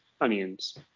onions